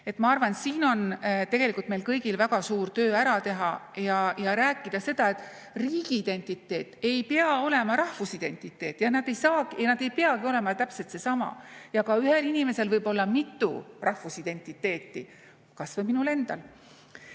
Ma arvan, et siin on tegelikult meil kõigil väga suur töö ära teha ja rääkida seda, et riigiidentiteet ei pea olema rahvusidentiteet ja et nad ei saa ja nad ei peagi olema täpselt seesama. Ühel inimesel võib olla mitu rahvusidentiteeti, kas või minul endal.